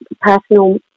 personal